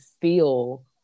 feel